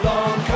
Long